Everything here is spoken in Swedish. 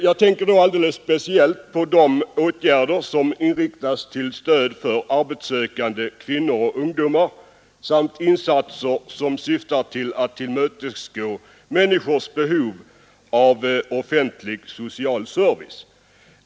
Jag tänker speciellt på de åtgärder som inriktas som stöd för arbetssökande kvinnor och ungdomar samt insatser för att tillmötesgå människors behov av offentlig social service.